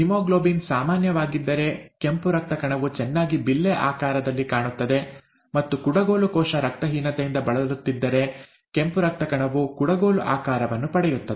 haemoglobin ಸಾಮಾನ್ಯವಾಗಿದ್ದರೆ ಕೆಂಪು ರಕ್ತ ಕಣವು ಚೆನ್ನಾಗಿ ಬಿಲ್ಲೆ ಆಕಾರದಲ್ಲಿ ಕಾಣುತ್ತದೆ ಮತ್ತು ಕುಡಗೋಲು ಕೋಶ ರಕ್ತಹೀನತೆಯಿಂದ ಬಳಲುತ್ತಿದ್ದರೆ ಕೆಂಪು ರಕ್ತ ಕಣವು ಕುಡಗೋಲು ಆಕಾರವನ್ನು ಪಡೆಯುತ್ತದೆ